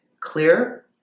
Clear